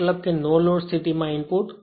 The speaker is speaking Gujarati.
મતલબ કે નો લોડ સ્થિતી માં ઈન્પુટ